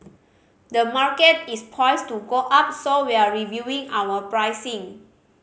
the market is poised to go up so we're reviewing our pricing